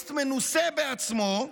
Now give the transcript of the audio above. טרוריסט מנוסה בעצמו,